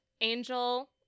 Angel